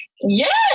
Yes